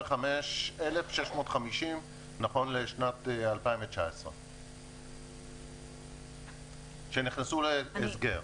25,650 נכון לשנת 2019. אלו הכלבים שנכנסו להסגר.